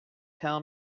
tell